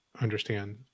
understand